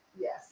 Yes